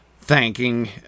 thanking